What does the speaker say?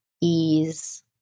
ease